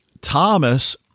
Thomas